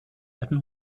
alten